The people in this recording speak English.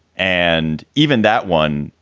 and even that one,